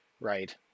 right